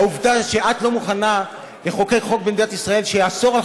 העובדה שאת לא מוכנה לחוקק חוק במדינת ישראל שיאסור על